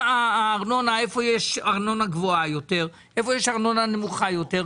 איפה יש ארנונה גבוהה יותר ונמוכה יותר?